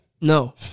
No